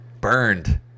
Burned